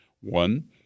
One